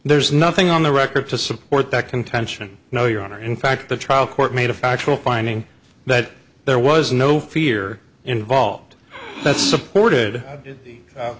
there's nothing on the record to support that contention no your honor in fact the trial court made a factual finding that there was no fear involved that supported